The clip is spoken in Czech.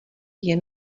jen